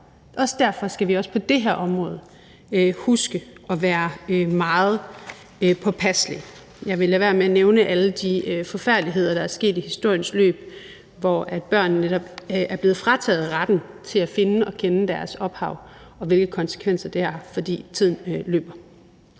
Så derfor skal vi også på det her område huske at være meget påpasselige. Jeg vil lade være med at nævne alle de forfærdeligheder, der er sket i historiens løb, hvor børn netop er blevet frataget retten til at finde og kende deres ophav, og hvilke konsekvenser det har, for tiden løber.